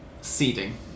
seeding